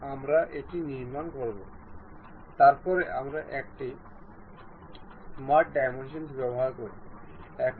আমরা এমন একটি মান নির্ধারণ করব যা ম্যাক্সিমাম এবং একটি মিনিমাম